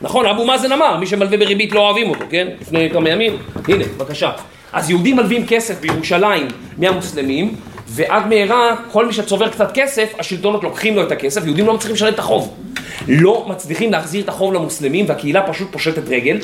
נכון אבו מאזן אמר מי שמלווה בריבית לא אוהבים אותו, כן? לפני יותר מימים, הנה בבקשה אז יהודים מלווים כסף בירושלים מהמוסלמים ועד מהרה כל מי שצובר קצת כסף השלטונות לוקחים לו את הכסף, יהודים לא צריכים לשלם את החוב לא מצליחים להחזיר את החוב למוסלמים והקהילה פשוט פושטת רגל